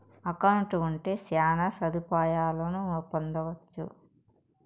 account ఉంటే శ్యాన సదుపాయాలను పొందొచ్చు